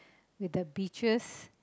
with the beaches